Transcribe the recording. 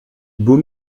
beau